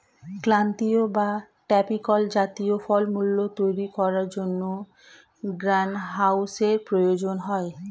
ক্রান্তীয় বা ট্রপিক্যাল জাতীয় ফলমূল তৈরি করার জন্য গ্রীনহাউসের প্রয়োজন হয়